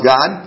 God